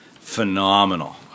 Phenomenal